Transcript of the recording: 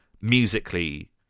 Musically